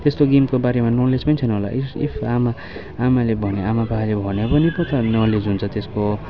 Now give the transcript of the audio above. त्यस्तो गेमको बारेमा नलेज नि छैन होला इफ इफ आमा आमाले भन्यो आमा बाबाले भने पनि पो त नलेज हुन्छ त्यसको